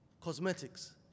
Cosmetics